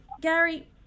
Gary